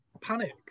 panic